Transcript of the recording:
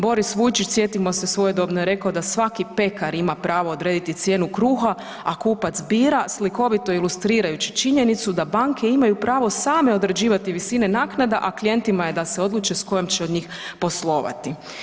Boris Vujčić sjetimo se svojedobno je rekao da svaki pekar ima pravo odrediti cijenu kruha, a kupac bira slikovito ilustrirajući činjenicu da banke imaju pravo same određivati visine naknada, a klijentima je da se odluče s kojom će od njih poslovati.